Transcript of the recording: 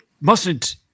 mustn't